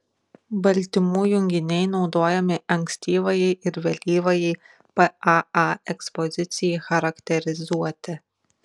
baltymų junginiai naudojami ankstyvajai ir vėlyvajai paa ekspozicijai charakterizuoti